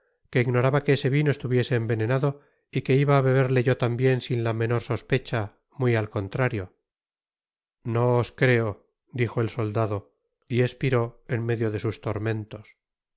que ignoraba que ese vino estuviese envenenado y que ibaá beberle yo tambien sin la menor sospecha muy al contrario no os creo dijo el soldado y espiró en medio de sus tormentos